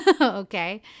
Okay